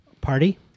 Party